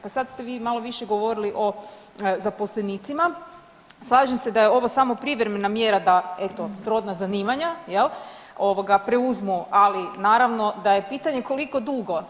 Pa sad ste vi malo više govorili o zaposlenicima, slažem se da je ovo samo privremena mjera da eto srodna zanimanja jel preuzmu, ali naravno da je pitanje koliko dugo.